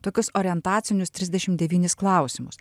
tokius orientacinius trisdešim devynis klausimus